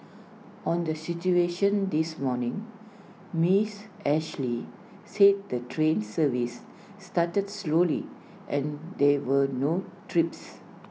on the situation this morning miss Ashley said the train service started slowly and there were no trips